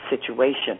situation